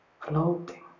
floating